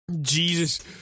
jesus